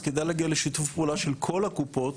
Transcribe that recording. אז כדאי להגיע לשיתוף פעולה של כל הקופות